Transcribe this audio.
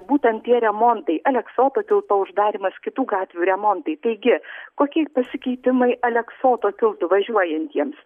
būtent tie remontai aleksoto tilto uždarymas kitų gatvių remontai taigi kokie pasikeitimai aleksoto tiltu važiuojantiems